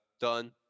done